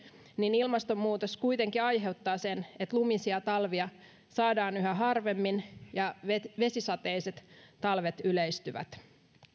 niin ilmastonmuutos kuitenkin aiheuttaa sen että lumisia talvia saadaan yhä harvemmin ja vesisateiset talvet yleistyvät